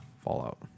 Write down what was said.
Fallout